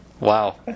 Wow